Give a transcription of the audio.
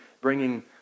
bringing